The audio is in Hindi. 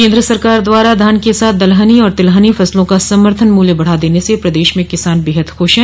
केंद्र सरकार द्वारा धान के साथ दलहनी और तिलहनी फसलों का समर्थन मूल्य बढ़ा देने से प्रदेश में किसान बेहद खुश है